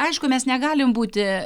aišku mes negalim būti